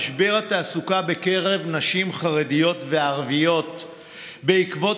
משבר התעסוקה בקרב נשים חרדיות וערביות בעקבות